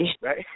Right